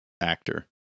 Actor